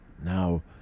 now